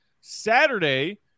Saturday